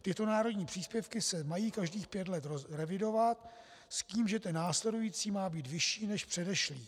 Tyto národní příspěvky se mají každých pět let revidovat, s tím, že ten následující má být vyšší než předešlý.